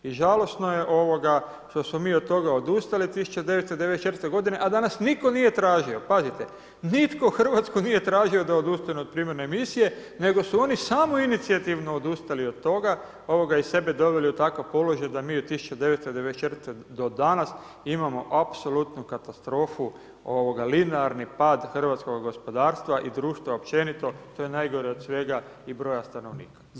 I žalosno je što smo mi od toga odustali 1994. godine, a da nas nitko nije tražio, pazite nitko Hrvatsku nije tražio da odustane od primarne emisije nego su oni samoinicijativno odustali od toga i sebe doveli u takav položaj da mi od 1994. do danas imamo apsolutnu katastrofu linearni pad hrvatskoga gospodarstva i društva općenito, što je najgore od svega i broja stanovnika.